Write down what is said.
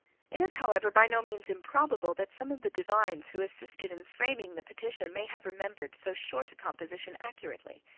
it is, however, by no means improbable that some of the divines who assisted in framing the petition may have remembered so short a composition accurately,